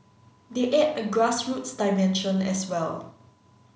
they add a grassroots dimension as well